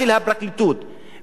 ושל כל רשויות החוק,